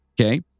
okay